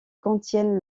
contiennent